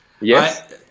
Yes